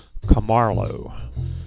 Camarlo